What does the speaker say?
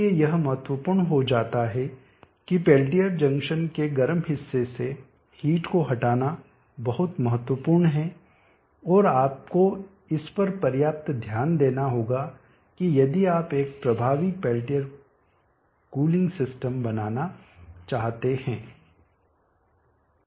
इसलिए यह महत्वपूर्ण हो जाता है कि पेल्टियर जंक्शन के गर्म हिस्से से हीट को हटाना बहुत महत्वपूर्ण है और आपको इस पर पर्याप्त ध्यान देना होगा कि यदि आप एक प्रभावी पेल्टियर कुलिंग सिस्टम बनाना चाहते हैं